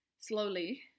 slowly